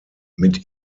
mit